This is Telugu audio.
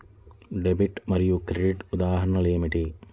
డెబిట్ మరియు క్రెడిట్ ఉదాహరణలు ఏమిటీ?